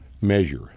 measure